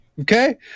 Okay